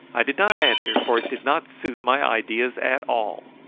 i did not answer, for it did not suit my ideas at all.